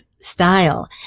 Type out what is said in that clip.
style